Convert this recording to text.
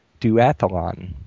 Duathlon